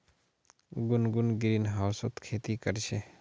गुनगुन ग्रीनहाउसत खेती कर छ